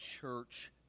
church